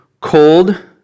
cold